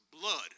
blood